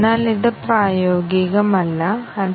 അതിനാൽ ഞങ്ങൾക്ക് ഈ ശ്രേണി ഇവിടെയുണ്ട്